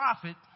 profit